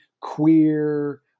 queer